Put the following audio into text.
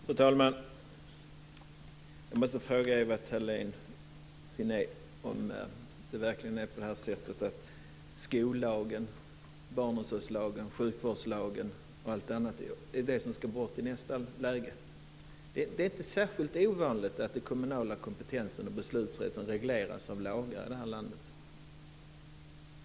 Fru talman! Jag måste fråga Ewa Thalén Finné om det verkligen är så att i nästa läge också skollagen, barnomsorgslagen, sjukvårdslagen osv. ska bort. Det är inte särskilt ovanligt i vårt land att den kommunala kompetensen och beslutsrätten regleras genom lagar.